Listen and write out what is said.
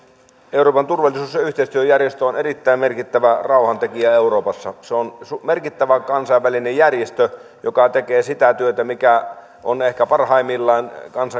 euroopan turvallisuus ja yhteistyöjärjestö on erittäin merkittävä rauhantekijä euroopassa se on merkittävä kansainvälinen järjestö joka tekee sitä työtä mikä on ehkä parhaimmillaan